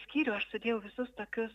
skyrių aš sudėjau visus tokius